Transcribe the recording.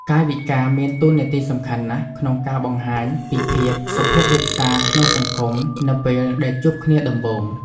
កាយវិការមានតួនាទីសំខាន់ណាស់ក្នុងការបង្ហាញពី ភាពសុភាពរាបសារក្នុងសង្គមនៅពេលដែលជួបគ្នាដំបូង។